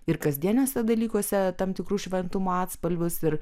ir kasdieniuose dalykuose tam tikrus šventumo atspalvius ir